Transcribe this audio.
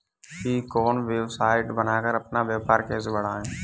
ई commerce website बनाकर अपना व्यापार कैसे बढ़ाएँ?